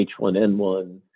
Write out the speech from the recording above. H1N1